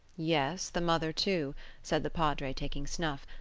yes, the mother too said the padre, taking snuff.